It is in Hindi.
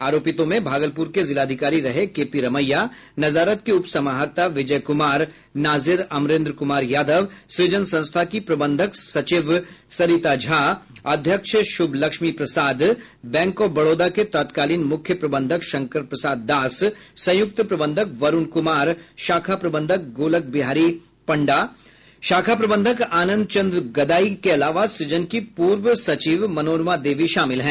आरोपितों में भागलपुर के जिलाधिकारी रहे के पी रमैया नजारत के उप समाहर्ता विजय कुमार नाजिर अमरेंद्र कुमार यादव सृजन संस्था की प्रबंधक सचिव सरिता झा अध्यक्ष शुभ लक्ष्मी प्रसाद बैंक ऑफ बड़ौदा के तत्कालीन मुख्य प्रबंधक शंकर प्रसाद दास संयुक्त प्रबंधक वरुण कुमार शाखा प्रबंधक गोलक बिहारी पंडा शाखा प्रबंधक आनंद चंद्र गदाई के अलावा सुजन की पूर्व सचिव मनोरमा देवी शामिल हैं